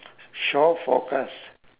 shore forecast